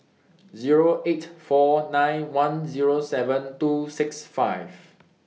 Zero eight four nine one Zero seven two six five